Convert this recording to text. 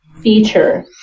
feature